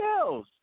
else